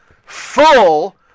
full